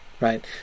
right